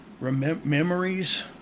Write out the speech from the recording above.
memories